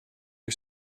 you